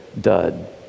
dud